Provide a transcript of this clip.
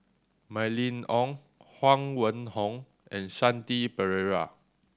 Mylene Ong Huang Wenhong and Shanti Pereira